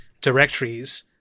directories